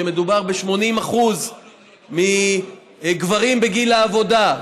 שמדובר ב-80% גברים בגיל העבודה,